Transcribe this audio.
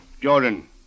Jordan